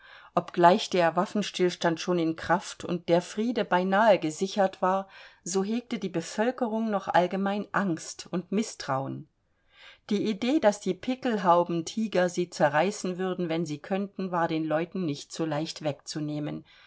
obgleich der waffenstillstand schon in kraft und der friede beinahe gesichert war so hegte die bevölkerung noch allgemein angst und mißtrauen die idee daß die pickelhauben tiger sie zerreißen würden wenn sie könnten war den leuten nicht so leicht wegzunehmen